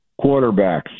quarterbacks